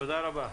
תודה רבה.